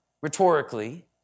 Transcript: rhetorically